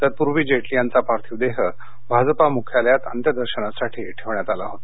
तत्पूर्वी जेटली यांचा पार्थिव देह भाजपा मुख्यालयात अंत्य दर्शनासाठी ठेवण्यात आला होता